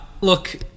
Look